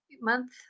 month